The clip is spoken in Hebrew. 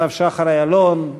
לנציב שחר איילון,